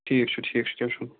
ٹھیٖک چھُ ٹھیٖک چھُ تیٚلہِ چھُنہٕ